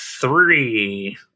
three